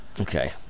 okay